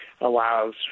allows